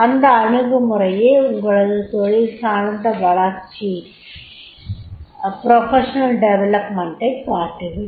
அந்த அணுகுமுறையே உங்களது தொழில் சார்ந்த வளர்ச்சி யைக் காட்டிவிடும்